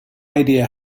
idea